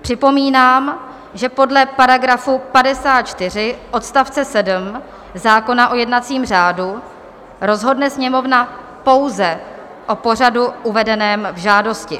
Připomínám, že podle § 54 odst. 7 zákona o jednacím řádu rozhodne Sněmovna pouze o pořadu uvedeném v žádosti.